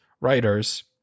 writers